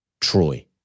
Troy